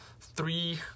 three